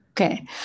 Okay